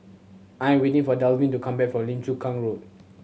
I am waiting for Dalvin to come back from Lim Chu Kang Road